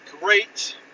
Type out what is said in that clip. great